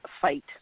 fight